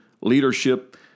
leadership